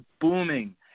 booming